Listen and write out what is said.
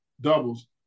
Doubles